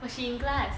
but she in class